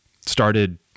started